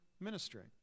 ministering